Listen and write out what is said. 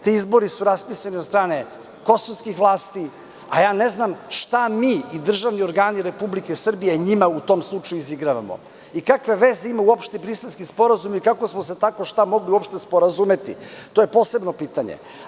Ti izbori su raspisani od strane kosovskih vlasti, a ja ne znam šta mi i državni organi Republike Srbije njima u tom trenutku izigravamo i kakve veze ima Briselski sporazum i kako smo se tako mogli uopšte šta sporazumeti i to je posebno pitanje.